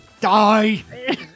die